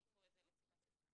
ניקח את זה לתשומת ליבנו.